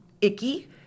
icky